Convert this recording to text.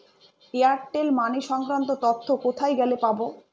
Airtel money সংক্রান্ত তথ্য কোথায় গেলে পাব?